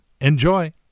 Enjoy